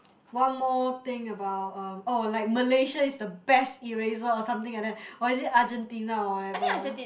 one more thing about um oh like Malaysia is the best eraser or something like that or is it Argentina or whatever